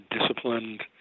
disciplined